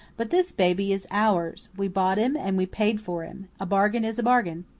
but this baby is ours. we bought him, and we paid for him. a bargain is a bargain.